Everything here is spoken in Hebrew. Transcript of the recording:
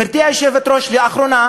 גברתי היושבת-ראש, לאחרונה,